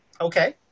Okay